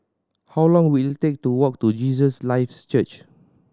how long will it take to walk to Jesus Lives Church